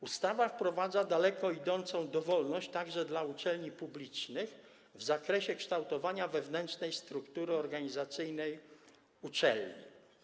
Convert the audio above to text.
Ustawa wprowadza daleko idącą dowolność, także w przypadku uczelni publicznych, w zakresie kształtowania wewnętrznej struktury organizacyjnej uczelni.